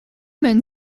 men